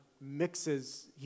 mixes